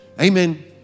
Amen